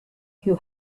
who